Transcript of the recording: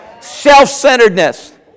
self-centeredness